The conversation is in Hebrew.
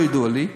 לא ידוע לי,